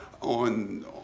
on